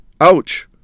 Ouch